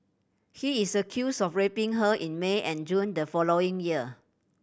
he is accused of raping her in May and June the following year